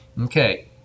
Okay